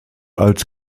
als